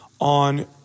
on